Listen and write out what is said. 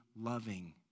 loving